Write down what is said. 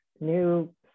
new